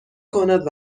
کند